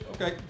Okay